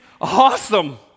awesome